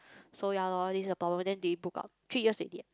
so ya lor this the problem then they broke up three years already leh